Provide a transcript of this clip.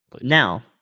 Now